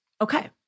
okay